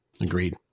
Agreed